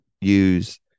use